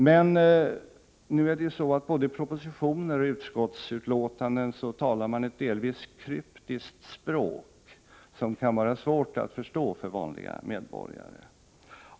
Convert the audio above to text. Men det är ju så att det både i propositioner och utskottsbetänkanden talas ett delvis kryptiskt språk, som kan vara svårt att förstå för vanliga medborgare.